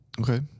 Okay